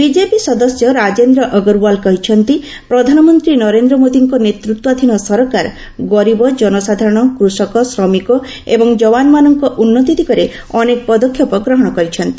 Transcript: BJP ସଦସ୍ୟ ରାଜେନ୍ଦ୍ର ଅଗରଓ୍ୱାଲ କହିଛନ୍ତି ପ୍ରଧାନମନ୍ତ୍ରୀ ନରେନ୍ଦ୍ର ମୋଦୀଙ୍କ ନେତୃତ୍ୱାଧୀନ ସରକାର ଗରିବଜନସାଧାରଣ କୃଷକ ଶ୍ରମିକ ଏବଂ ଯବାନମାନଙ୍କ ଉନ୍ନତି ଦିଗରେ ଅନେକ ପଦକ୍ଷେପ ଗ୍ରହଣ କରିଛନ୍ତି